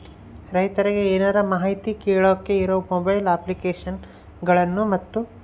ರೈತರಿಗೆ ಏನರ ಮಾಹಿತಿ ಕೇಳೋಕೆ ಇರೋ ಮೊಬೈಲ್ ಅಪ್ಲಿಕೇಶನ್ ಗಳನ್ನು ಮತ್ತು?